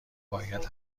باید